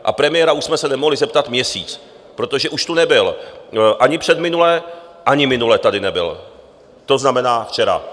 A premiéra už jsme se nemohli zeptat měsíc, protože už tu nebyl ani předminule, ani minule tady nebyl, to znamená včera.